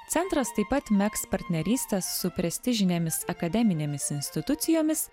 centras taip pat megs partnerystes su prestižinėmis akademinėmis institucijomis